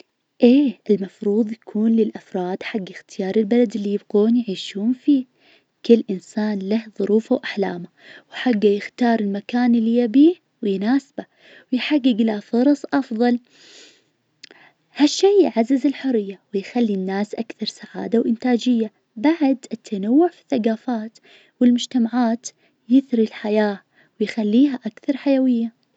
أيه المفروض يكون للأفراد حق اختيار البلد اللي يبغون يعيشون فيه. كل إنسان له ظروفه وأحلامه وحقه يختار المكان اللي يبيه ويناسبه ويحقق له فرص أفظل. ها الشي يعزز الحرية ويخلي الناس أكثر سعادة وإنتاجية. بعد التنوع في الثقافات والمجتمعات يثري الحياة ويخليها أكثر حيوية.